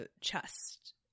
chest